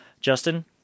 Justin